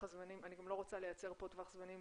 אני גם לא רוצה לייצר טווח זמנים